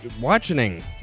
watching